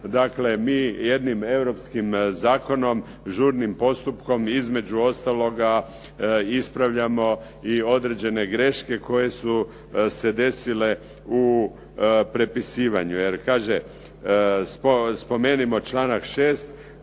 dakle mi jednim europskim zakonom žurnim postupkom između ostaloga ispravljamo i određene greške koje su se desile u prepisivanju.